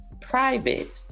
private